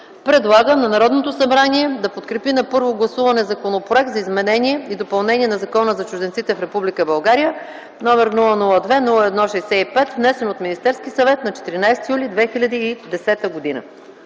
Предлага на Народното събрание да подкрепи на първо гласуване Законопроекта за изменение и допълнение на Закона за чужденците в Република България, № 002-01-65, внесен от Министерския съвет на 14 юли 2010 г.”